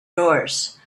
yours